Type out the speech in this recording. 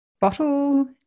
Bottle